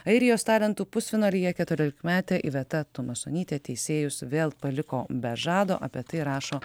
airijos talentų pusfinalyje keturiolikmetė iveta tumasonytė teisėjus vėl paliko be žado apie tai rašo